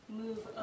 move